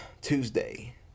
Tuesday